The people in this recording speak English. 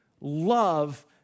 love